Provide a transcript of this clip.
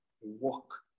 Walk